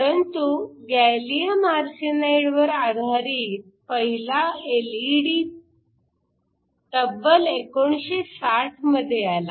परंतु gallium arsenide वर आधारित पहिला एलईडी तब्बल 1960 मध्ये आला